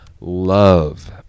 love